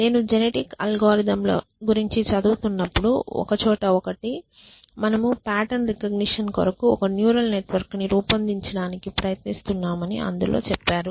నేను genetic algorithm ల గురించి చదువుతున్నపుడు ఒకచోట ఒకటి మనము పాటర్న్ రెకగ్నిషన్ కొరకు ఒక న్యూరల్ నెట్వర్క్ ను రూపొందించడానికి ప్రయత్నిస్తున్నారని అందులో చెప్పారు